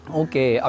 okay